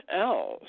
else